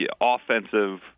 offensive